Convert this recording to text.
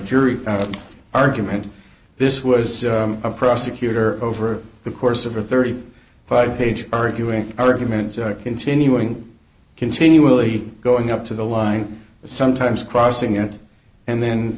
jury argument this was a prosecutor over the course of a thirty five page arguing argument continuing continually going up to the line sometimes crossing it and then